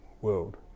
world